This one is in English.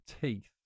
teeth